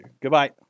Goodbye